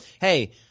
hey